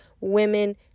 women